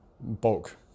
bulk